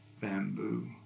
bamboo